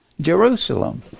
Jerusalem